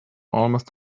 almost